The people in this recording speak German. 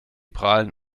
prahlen